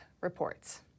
reports